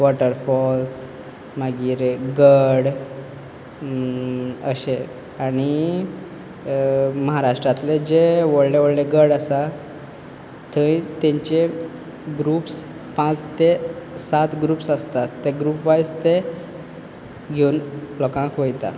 waterfalls मागीर गड अशें आनी महाराष्ट्रांतले जे व्हडले व्हडले गड आसा थंय तेंचे ग्रुप्स पांच ते सात ग्रुप्स आसतात ते ग्रुप व्हायज ते येवन प्रकार पयता